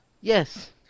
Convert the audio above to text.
Yes